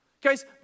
Guys